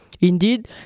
Indeed